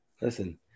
listen